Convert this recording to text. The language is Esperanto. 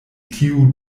tiu